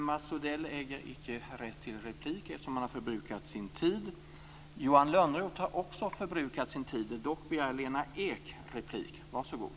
Mats Odell äger icke rätt till replik eftersom han har förbrukat sin talartid. Johan Lönnroth har också förbrukat sin talartid.